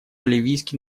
ливийский